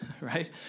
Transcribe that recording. right